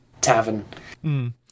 tavern